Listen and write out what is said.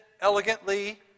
elegantly